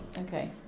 okay